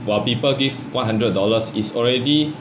while people give one hundred dollar is already